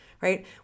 right